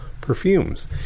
Perfumes